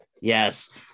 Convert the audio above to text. yes